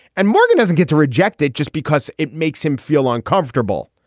and morgan doesn't get to reject it just because it makes him feel uncomfortable.